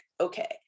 okay